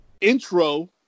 intro